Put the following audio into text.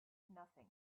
nothing